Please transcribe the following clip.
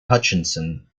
hutchinson